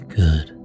good